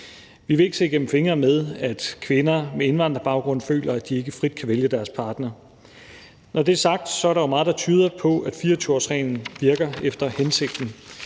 Vi vil ikke se igennem fingre med, at kvinder med indvandrerbaggrund føler, at de ikke frit kan vælge deres partner. Når det er sagt, er der meget, der tyder på, at 24-årsreglen virker efter hensigten.